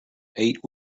eight